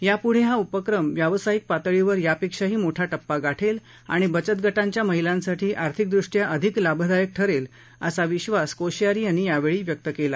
यापुढे हा उपक्रम व्यावसायिक पातळीवर यापेक्षाही मोठा िप्पा गाठेल आणि बचत गाव्या महिलांसाठी आर्थिकदृष्ट्या अधिक लाभदायक ठरेल असा विश्वास कोश्यारी यांनी यावेळी व्यक्त केला